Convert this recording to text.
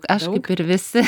aš kaip ir visi